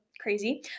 crazy